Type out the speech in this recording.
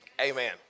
Amen